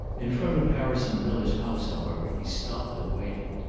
in front of harrison miller's house, however, he stopped and waited.